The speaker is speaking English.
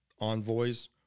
envoys